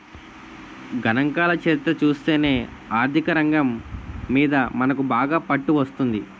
గణాంకాల చరిత్ర చూస్తేనే ఆర్థికరంగం మీద మనకు బాగా పట్టు వస్తుంది